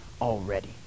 already